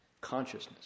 consciousness